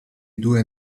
due